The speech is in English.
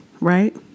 right